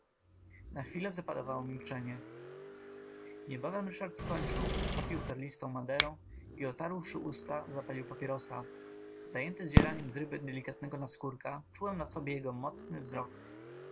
na chwilę zapanowało milczenie niebawem ryszard skończył popił perlistą maderą i otarłszy usta zapalił papierosa zajęty zdzieraniem z ryby delikatnego naskórka czułem na sobie jego mocny wzrok